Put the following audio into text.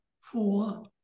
four